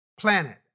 Planet